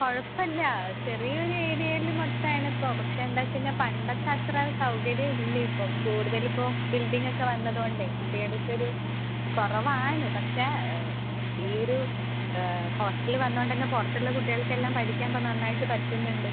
കുഴപ്പമില്ല ചെറിയൊരു ഏരിയേൽ മൊത്താമാണിപ്പോൾ പക്ഷേ എന്താച്ച് കഴിഞ്ഞാൽ പണ്ടത്തത്ര സൗകര്യയില്ലിപ്പോൾ കൂടുതലിപ്പോൾ ബിൽഡിംഗൊക്കെ വന്നത് കൊണ്ട് കുട്ടികൾക്കൊരു കുറവാണ് പക്ഷേ ഈ ഒരു ഹോസ്റ്റല് വന്നോണ്ടന്നെ പുറത്തുള്ള കുട്ടികൾക്കെല്ലാം പഠിക്കാൻപ്പം നന്നായിട്ട് പറ്റുന്നുണ്ട്